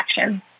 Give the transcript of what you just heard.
action